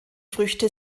früchte